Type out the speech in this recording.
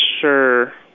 sure